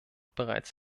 bereits